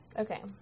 Okay